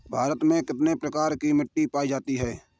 भारत में कितने प्रकार की मिट्टी पाई जाती है?